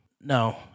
No